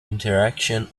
interaction